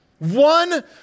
One